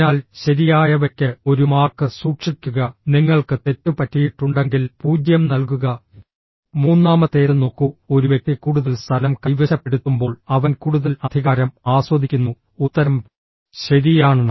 അതിനാൽ ശരിയായവയ്ക്ക് ഒരു മാർക്ക് സൂക്ഷിക്കുക നിങ്ങൾക്ക് തെറ്റുപറ്റിയിട്ടുണ്ടെങ്കിൽ 0 നൽകുക മൂന്നാമത്തേത് നോക്കൂ ഒരു വ്യക്തി കൂടുതൽ സ്ഥലം കൈവശപ്പെടുത്തുമ്പോൾ അവൻ കൂടുതൽ അധികാരം ആസ്വദിക്കുന്നു ഉത്തരം ശരിയാണ്